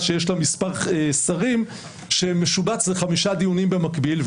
שיש לה מספר שרים שמשובץ לחמישה דיונים במקביל,